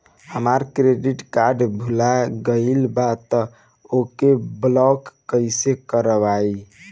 हमार credit card भुला गएल बा त ओके ब्लॉक कइसे करवाई?